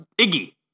Iggy